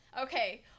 Okay